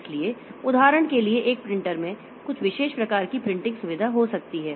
इसलिए उदाहरण के लिए एक प्रिंटर में कुछ विशेष प्रकार की प्रिंटिंग सुविधा हो सकती है